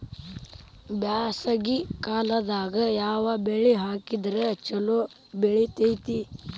ಬ್ಯಾಸಗಿ ಕಾಲದಾಗ ಯಾವ ಬೆಳಿ ಹಾಕಿದ್ರ ಛಲೋ ಬೆಳಿತೇತಿ?